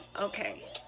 okay